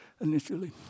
initially